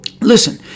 listen